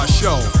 show